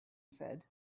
said